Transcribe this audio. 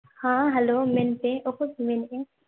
ᱦᱮᱸ ᱦᱮᱞᱳ ᱢᱮᱱᱯᱮ ᱚᱠᱚᱭ ᱯᱮ ᱢᱮᱱᱮᱜᱼᱟ